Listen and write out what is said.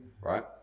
right